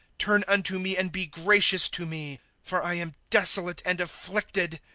turn unto me, and be gracious to me for i am desolate and afflicted.